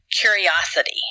curiosity